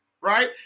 right